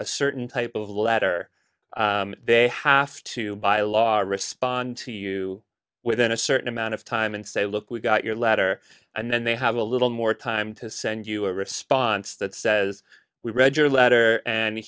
a certain type of letter they have to by law respond to you within a certain amount of time and say look we got your letter and then they have a little more time to send you a response that says we read your letter and he